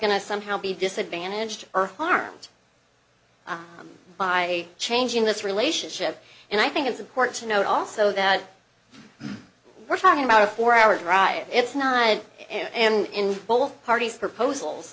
to somehow be disadvantaged or harmed by changing this relationship and i think it's important to note also that we're talking about a four hour drive it's not good and in both parties proposals